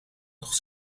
nog